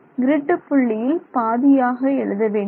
grid புள்ளியில் பாதியாக எழுதவேண்டும்